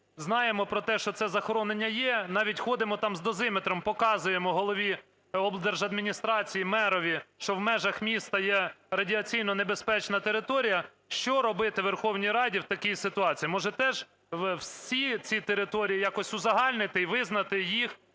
знаємо про те, що це захоронення є, навіть ходимо там з дозиметром, показуємо голові облдержадміністрації, мерові, що в межах міста є радіаційно небезпечна територія, що робити Верховній Раді в такій ситуації? Може, теж всі ці території якось узагальнити і визнати їх указом